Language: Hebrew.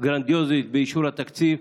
גרנדיוזית באישור התקציב,